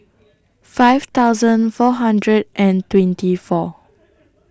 five thousand four hundred and twenty four